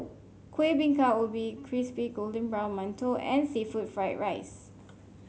Kuih Bingka Ubi Crispy Golden Brown Mantou and seafood Fried Rice